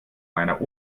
meiner